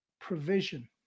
provision